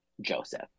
Joseph